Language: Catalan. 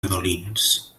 redolins